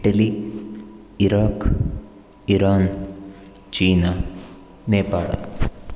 Italy Iraq Iran China Nepal